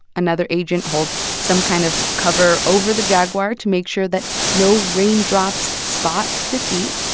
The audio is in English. another agent holds some kind of cover over the jaguar to make sure that no raindrops spot the seat.